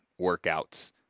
workouts